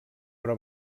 però